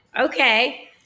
okay